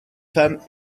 femmes